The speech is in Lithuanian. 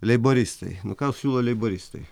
leiboristai nu ką siūlo leiboristai